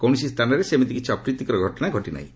କୌଣସି ସ୍ଥାନରେ ସେମିତି କିଛି ଅପ୍ରୀତିକର ଘଟଣା ଘଟି ନାହିଁ